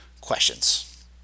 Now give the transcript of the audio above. questions